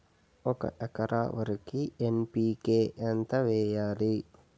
ఒక ఎకర వరికి ఎన్.పి.కే ఎంత వేయాలి?